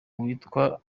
witwa